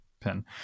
pin